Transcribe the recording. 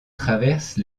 traverse